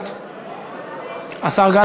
אנחנו עוברים